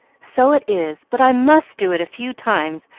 so it is but i must do it a few times,